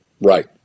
Right